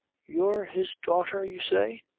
you're his daughter, you say?